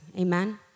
Amen